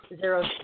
zero